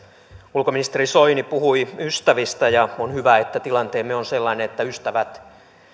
ulkoministeri soini puhui ystävistä ja on hyvä että tilanteemme on sellainen että ystävät